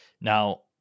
Now